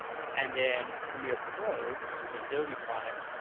and then premier pro, which is an adobe product,